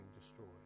destroyed